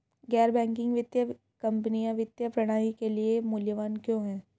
गैर बैंकिंग वित्तीय कंपनियाँ वित्तीय प्रणाली के लिए मूल्यवान क्यों हैं?